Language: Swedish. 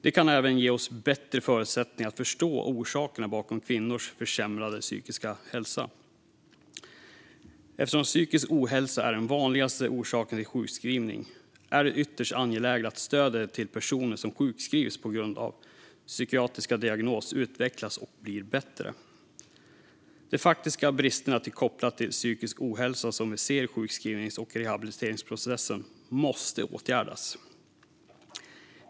Det kan även ge oss bättre förutsättningar att förstå orsakerna bakom kvinnors försämrade psykiska hälsa. Eftersom psykisk ohälsa är den vanligaste orsaken till sjukskrivning är det ytterst angeläget att stödet till personer som sjukskrivs på grund av en psykiatrisk diagnos utvecklas och blir bättre. De faktiska bristerna kopplat till psykisk ohälsa vi ser i sjukskrivnings och rehabiliteringsprocessen måste åtgärdas.